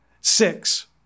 Six